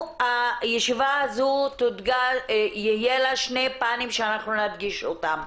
הישיבה הזו יהיה לה שני פנים שנדגיש אותם,